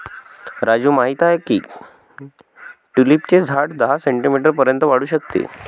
राजू माहित आहे की ट्यूलिपचे झाड दहा सेंटीमीटर पर्यंत वाढू शकते